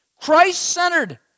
Christ-centered